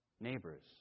Neighbors